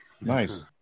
Nice